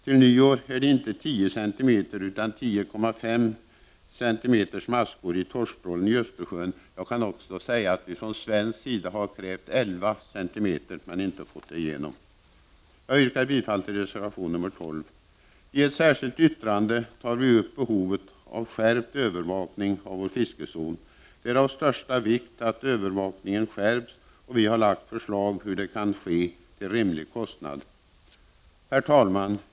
Till nyår skall det inte vara 10 cm utan 10,5 em i torsktrålarna i Östersjön. Från svensk sida har vi krävt 11 cm, men det har vi inte fått igenom. Jag yrkar bifall till reservation nr 12. I ett särskilt yttrande tar vi upp behovet av skärpt övervakning av vår fiskezon. Det är av största vikt att övervakningen skärps, och vi har lagt fram förslag om hur det kan ske till rimlig kostnad. Herr talman!